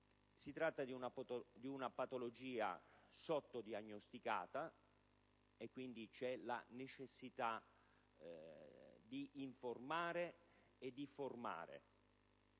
Si tratta di una patologia sottodiagnosticata e, quindi, vi è la necessità di informare e di formare.